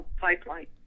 pipeline